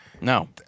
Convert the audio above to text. No